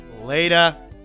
Later